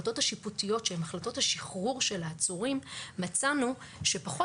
זכויות שפוגעת ביכולת הבסיסית של עצור לממש את זכות